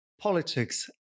politics